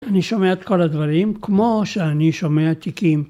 אני שומע את כל הדברים כמו שאני שומע תיקים.